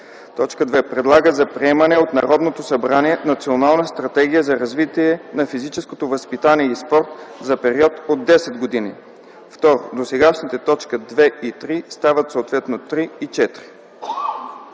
т. 2: „2. предлага за приемане от Народното събрание Национална стратегия за развитие на физическото възпитание и спорта за период от 10 години”. 2. Досегашните т. 2 и 3 стават съответно т. 3 и 4”.